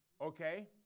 Okay